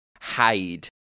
hide